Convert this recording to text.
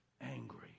angry